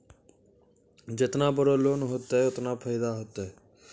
जेतना बड़ो लोन होतए ओतना फैदा होतए